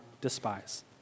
despise